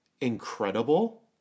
Incredible